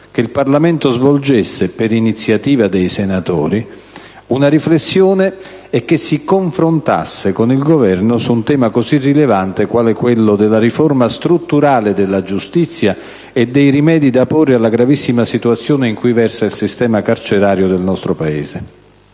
che il Parlamento svolgesse - per iniziativa dei senatori - una riflessione e che si confrontasse con il Governo su un tema così rilevante, quale quello della riforma strutturale della giustizia e dei rimedi da porre alla gravissima situazione in cui versa il sistema carcerario del nostro Paese.